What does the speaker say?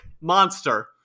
Monster